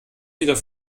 wieder